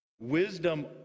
Wisdom